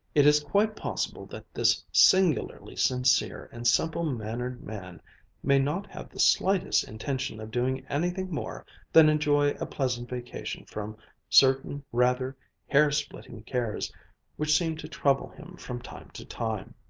it is quite possible that this singularly sincere and simple-mannered man may not have the slightest intention of doing anything more than enjoy a pleasant vacation from certain rather hair-splitting cares which seem to trouble him from time to time.